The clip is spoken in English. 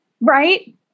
Right